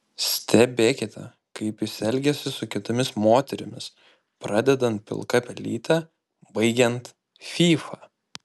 stebėkite kaip jis elgiasi su kitomis moterimis pradedant pilka pelyte baigiant fyfa